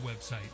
website